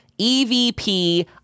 EVP